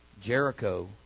Jericho